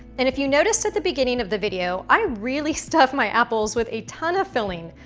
and if you notice at the beginning of the video, i really stuff my apples with a ton of filling,